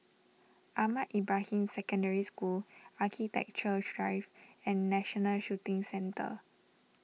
Ahmad Ibrahim Secondary School Architectures Drive and National Shooting Centre